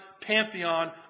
pantheon